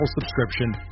subscription